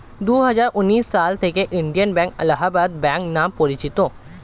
দুহাজার উনিশ সাল থেকে ইন্ডিয়ান ব্যাঙ্ক এলাহাবাদ ব্যাঙ্ক নাম পরিচিত